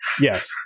Yes